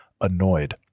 annoyed